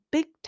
Big